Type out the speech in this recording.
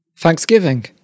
Thanksgiving